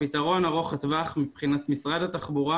הפתרון ארוך התווך מבחינת משרד התחבורה